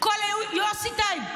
יוסי טייב,